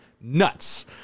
nuts